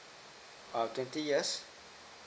err twenty years